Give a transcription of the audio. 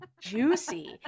Juicy